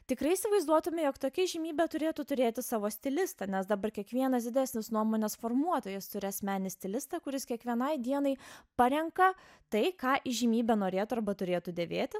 tikrai įsivaizduotume jog tokia įžymybė turėtų turėti savo stilistą nes dabar kiekvienas didesnis nuomonės formuotojas turi asmeninį stilistą kuris kiekvienai dienai parenka tai ką įžymybė norėtų arba turėtų dėvėti